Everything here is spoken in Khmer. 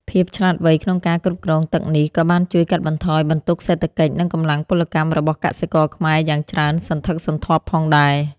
ភាពឆ្លាតវៃក្នុងការគ្រប់គ្រងទឹកនេះ ក៏បានជួយកាត់បន្ថយបន្ទុកសេដ្ឋកិច្ច និងកម្លាំងពលកម្មរបស់កសិករខ្មែរយ៉ាងច្រើនសន្ធឹកសន្ធាប់ផងដែរ។